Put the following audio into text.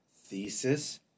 thesis